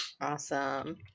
awesome